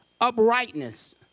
uprightness